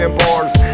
bars